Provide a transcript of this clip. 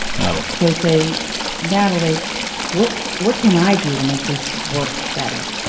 no. so say natalie what what can i do to make this work better.